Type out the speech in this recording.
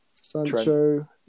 Sancho